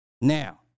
now